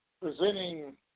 presenting